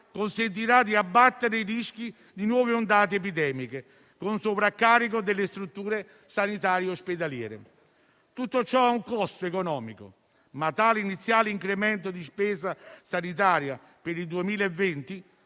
consentiranno di abbattere i rischi di nuove ondate epidemiche, con sovraccarico delle strutture sanitarie ospedaliere. Tutto ciò ha un costo economico, ma l'iniziale incremento di spesa sanitaria per il 2020,